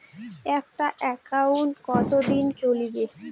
একটা একাউন্ট কতদিন চলিবে?